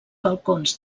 balcons